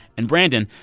and brandon,